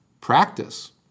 practice